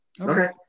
Okay